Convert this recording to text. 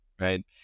Right